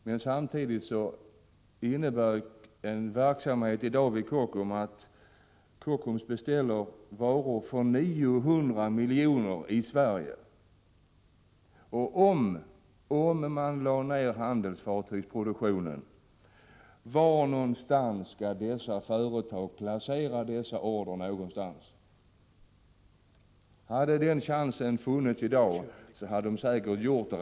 Men samtidigt innebär en verksamhet vid Kockums dag att Kockums beställer varor för 900 milj.kr. i Sverige. Om handelsfartygsproduktionen läggs ned, var skall då berörda företag placera dessa order? Hade de haft chans att placera dessa order på annat håll, hade de säkert redan gjort det.